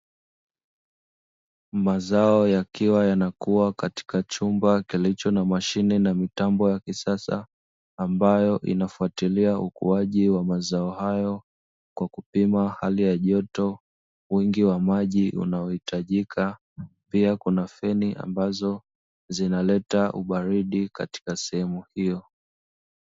Mazao yakiwa yanakuwa katika chumba kilicho na mashine na mitambo ya kisasa, ambayo inafuatilia ukuaji wa mazao hayo, kwa kupima hali ya joto, wingi wa maji unaohitajika, pia kuna feni ambazo zinaleta ubaridi katika sehemu hiyo